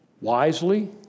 wisely